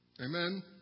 Amen